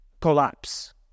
collapse